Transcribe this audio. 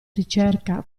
ricerca